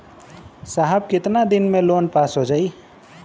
साहब कितना दिन में लोन पास हो जाई?